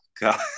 God